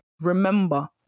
Remember